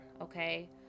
okay